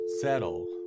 Settle